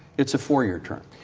it's a four-year term.